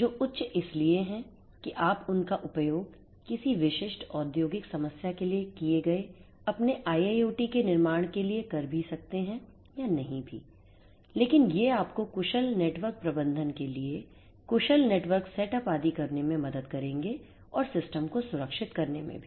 जो उच्च इसलिए हैं कि आप उनका उपयोग किसी विशिष्ट औद्योगिक समस्या के लिए किए गए अपने IIOT के निर्माण के लिए कर भी सकते हैं या नहीं भी लेकिन ये आपको कुशल नेटवर्क प्रबंधन के लिए कुशल नेटवर्क सेटअप आदि करने में मदद करेंगे और सिस्टम को सुरक्षित करने में भी